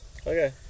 Okay